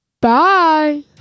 bye